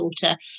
daughter